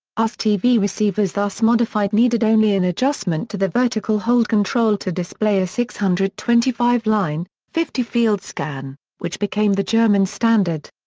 us tv receivers thus modified needed only an adjustment to the vertical hold control to display a six hundred and twenty five line, fifty field scan, which became the german standard.